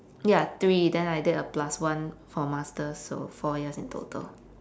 ya three then I did a plus one for masters so four years in total